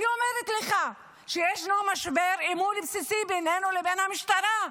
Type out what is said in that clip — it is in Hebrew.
אני אומרת לך שיש משבר אמון בסיסי בינינו לבין המשטרה.